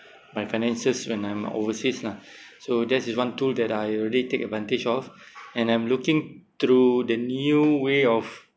my finances when I'm overseas lah so that's is one tool that I already take advantage of and I'm looking through the new way of